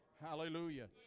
Hallelujah